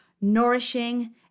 nourishing